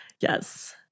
Yes